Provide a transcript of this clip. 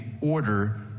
order